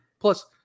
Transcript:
Plus